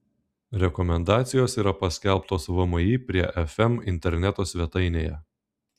rekomendacijos yra paskelbtos vmi prie fm interneto svetainėje